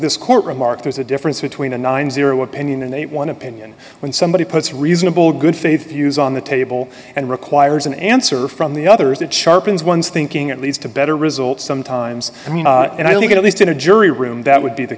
this court remark there's a difference between a ninety opinion and one opinion when somebody puts reasonable good faith views on the table and requires an answer from the others that sharpens one's thinking it leads to better results sometimes and i think at least in a jury room that would be that